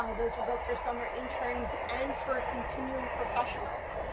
ah those were both for summer interns and for continuing professionals.